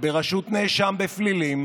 בראשות נאשם בפלילים,